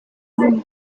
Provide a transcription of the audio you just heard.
zimwe